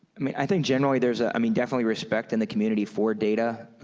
i mean, i think generally there's a i mean definitely respect in the community for data,